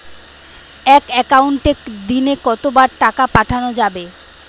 এক একাউন্টে দিনে কতবার টাকা পাঠানো যাবে?